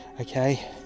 okay